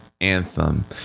Anthem